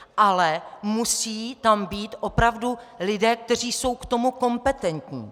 Ale musí tam být opravdu lidé, kteří jsou k tomu kompetentní.